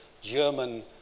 German